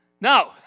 No